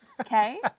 Okay